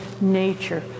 nature